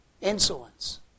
insolence